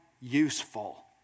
useful